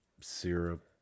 syrup